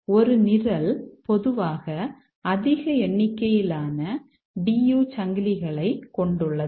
ஒரு நிரல் பொதுவாக அதிக எண்ணிக்கையிலான DU சங்கிலிகளைக் கொண்டுள்ளது